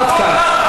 עד כאן.